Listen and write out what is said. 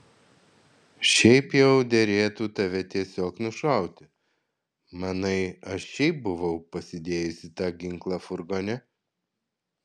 šiaip jau derėtų tave tiesiog nušauti manai aš šiaip buvau pasidėjusi tą ginklą furgone